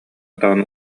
даҕаны